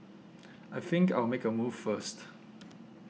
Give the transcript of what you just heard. I think I'll make a move first